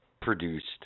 produced